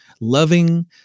loving